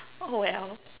oh well